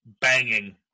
Banging